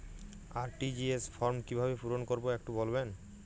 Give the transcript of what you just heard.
RTGS form কিভাবে পূরণ করবো একটু বলবেন?